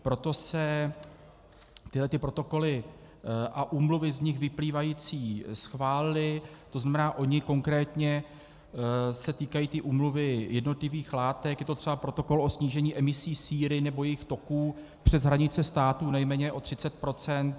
Proto se tyhlety protokoly a úmluvy z nich vyplývající schválily, to znamená, ony konkrétně se týkají té úmluvy, jednotlivých látek, je to třeba protokol o snížení emisí síry nebo jejích toků přes hranice států nejméně o 30 %.